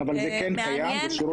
אבל זה כן קיים השרות הפסיכולוגי.